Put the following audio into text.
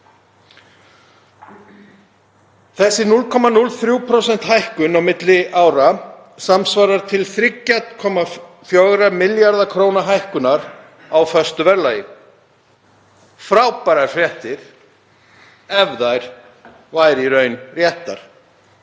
Þessi 0,03% hækkun á milli ára samsvarar 3,4 milljarða kr. hækkun á föstu verðlagi. Frábærar fréttir ef þær væru í raun réttar.